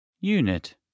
Unit